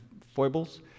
foibles